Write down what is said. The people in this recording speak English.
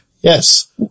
Yes